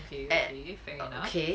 and okay